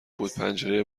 بود، پنجره